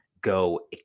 go